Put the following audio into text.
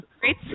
great